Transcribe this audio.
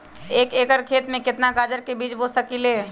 एक एकर खेत में केतना गाजर के बीज बो सकीं ले?